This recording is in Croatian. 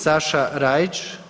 Saša Rajić.